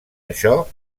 això